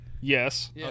yes